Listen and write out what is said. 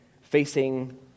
facing